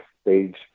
stage